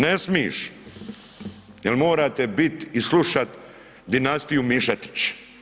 Ne smiš jel morate bit i slušati dinastiju Mišetić.